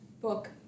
book